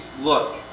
look